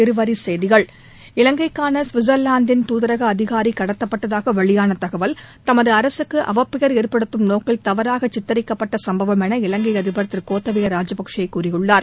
இருவரிச்செய்திகள் இலங்கைக்கான கவிட்சர்லாந்தின் துதரக அதிகாரி கடத்தப்பட்டதாக வெளியான தகவல் தமது அரசுக்கு அவப்பெயர் ஏற்படுத்தும் நோக்கில் தவறாக சித்தரிக்கப்பட்ட சம்பவம் என இவங்கை அதிபர் திரு கோத்தபய ராஜபக்சே கூறியுள்ளார்